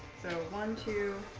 one to